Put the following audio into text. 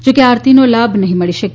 જો કે આરતી નો લાભ નહિ મળી શકે